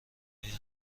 این